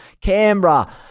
Canberra